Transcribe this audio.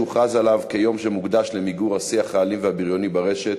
שהוכרז עליו כיום שמוקדש למיגור השיח האלים והבריוני ברשת,